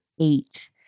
eight